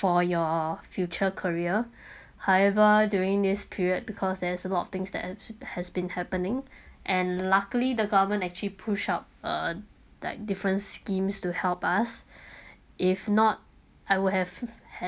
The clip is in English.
for your future career however during this period because there's a lot of things that has has been happening and luckily the government actually push up uh like different schemes to help us if not I would have